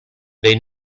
they